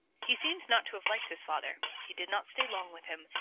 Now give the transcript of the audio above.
he seems not to have liked his father. he did not stay long with him,